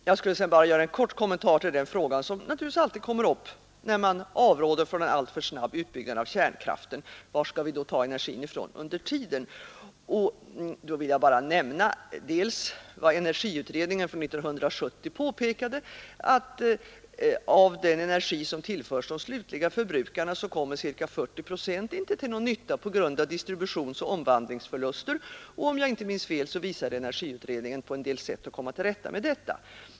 Jag skulle sedan bara vilja göra en kort kommentar till den fråga som naturligtvis alltid kommer upp, när man avråder från alltför snabbt utbyggande av kärnkraften: Var skall vi då ta energin ifrån under tiden? Jag vill bara nämna vad energiutredningen 1970 påpekade, nämligen att av den energi som tillförs de slutliga förbrukarna kommer ca 40 procent inte till någon nytta på grund av distributionsoch omvandlingsförluster. Om jag inte minns fel, visade energiutredningen på en del sätt att komma till rätta med detta.